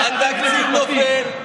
התקציב נופל.